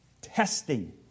testing